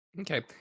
Okay